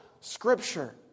Scripture